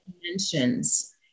dimensions